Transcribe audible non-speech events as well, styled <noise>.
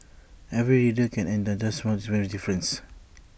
every reader can and does <unintelligible> very difference